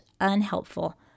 unhelpful